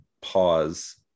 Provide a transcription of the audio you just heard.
pause